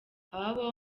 aba